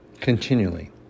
Continually